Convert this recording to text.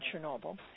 Chernobyl